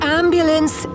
ambulance